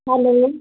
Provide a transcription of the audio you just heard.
hello